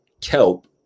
kelp